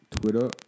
Twitter